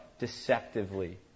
deceptively